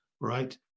Right